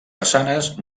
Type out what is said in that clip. façanes